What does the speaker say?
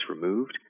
removed